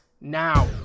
now